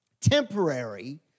temporary